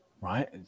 right